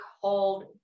called